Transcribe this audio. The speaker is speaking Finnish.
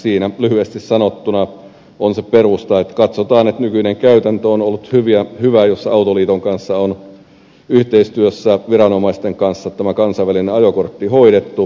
siinä lyhyesti sanottuna on se perusta että katsotaan että on ollut hyvä se nykyinen käytäntö jossa on yhteistyössä autoliiton ja viranomaisten kanssa tämä kansainvälinen ajokortti hoidettu